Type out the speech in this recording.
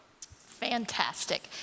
Fantastic